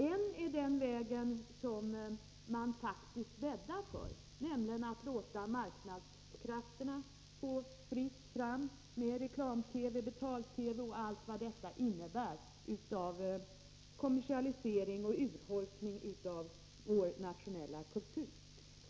En lösning är den som man faktiskt bäddar för, nämligen att låta marknadskrafterna få fritt fram — med reklam-TV, betal-TV och allt vad detta innebär av kommersialisering och urholkning av vår nationella kultur.